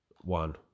one